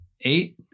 eight